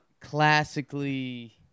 classically